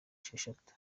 esheshatu